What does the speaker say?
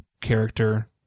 character